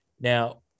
Now